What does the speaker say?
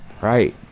right